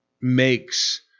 makes